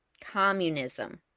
Communism